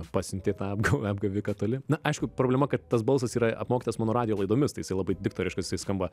pasiuntė tą apga apgaviką toli na aišku problema kad tas balsas yra apmokytas mano radijo laidomis tai jisai labai diktoriškai jisai skamba